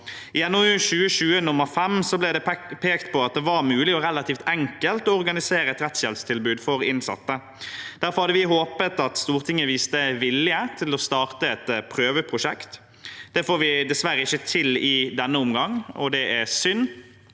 I NOU 2020: 5 ble det pekt på at det var mulig og relativt enkelt å organisere et rettshjelpstilbud for innsatte. Derfor hadde vi håpet at Stortinget ville vise vilje til å starte et prøveprosjekt. Det får vi dessverre ikke til i denne omgang. Det er synd,